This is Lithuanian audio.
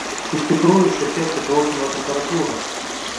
iš tikrųjų šiek tiek priklauso nuo temperatūros